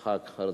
7824,